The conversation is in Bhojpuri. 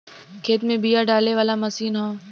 खेत में बिया डाले वाला मशीन हौ